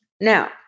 Now